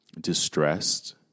Distressed